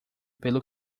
pelo